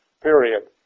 period